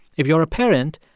if you're a parent,